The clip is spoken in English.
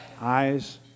eyes